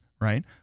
Right